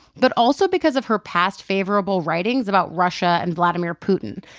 but also because of her past favorable writings about russia and vladimir putin.